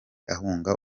ahunga